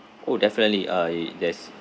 oh definitely uh it there's